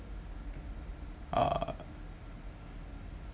uh